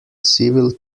civil